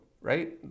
right